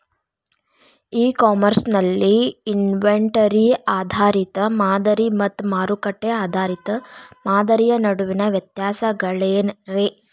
E commerce ನಲ್ಲಿ inventory ಆಧಾರಿತ ಮಾದರಿ ಮತ್ತ ಮಾರುಕಟ್ಟೆ ಆಧಾರಿತ ಮಾದರಿಯ ನಡುವಿನ ವ್ಯತ್ಯಾಸಗಳೇನ ರೇ?